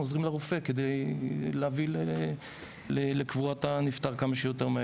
עוזרים לרופא כדי להביא לקבורת הנפטר כמה שיותר מהר.